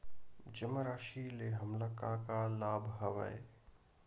जमा राशि ले हमला का का लाभ हवय?